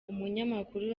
umunyamakuru